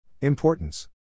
Importance